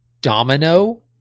Domino